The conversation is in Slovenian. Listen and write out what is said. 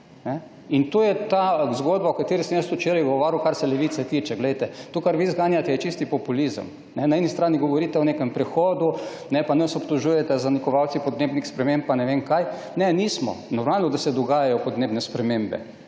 In to je ta zgodba, o kateri sem jaz včeraj govoril, kar se Levice tiče. To, kar vi zganjate, je čisti populizem. Na eni strani govorite o nekem prehodu pa nas obtožujete za zanikovalce podnebnih sprememb pa ne vem kaj. Ne, nismo. Normalno, da se dogajajo podnebne spremembe,